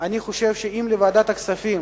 אני חושב שאם נוכל לתת לוועדת הכספים,